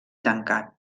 tancat